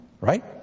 right